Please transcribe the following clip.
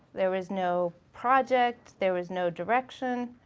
there was no project, there was no direction.